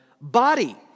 body